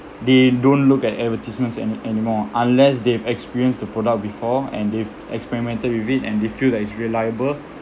they don't look at advertisements any any more unless they've experienced the product before and they've experimented with it and they feel that it's reliable